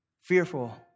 fearful